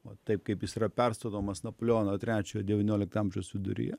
va taip kaip jis yra perstatomas napoleono trečiojo devyniolikto amžiaus viduryje